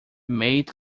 maid